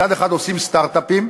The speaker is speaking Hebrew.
מצד אחד עושים סטרט-אפים,